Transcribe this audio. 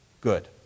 good